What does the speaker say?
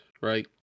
right